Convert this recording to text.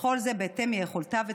וכל זה בהתאם ליכולותיו וצרכיו.